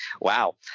Wow